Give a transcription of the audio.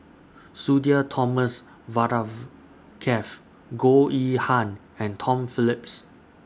Sudhir Thomas Vadaketh Goh Yihan and Tom Phillips